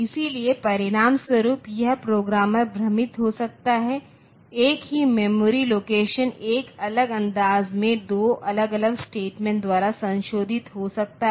इसलिए परिणामस्वरूप यह प्रोग्रामर भ्रमित हो सकता है एक ही मेमोरी लोकेशन एक अलग अंदाज में दो अलग अलग स्टेटमेंट द्वारा संशोधित हो सकता है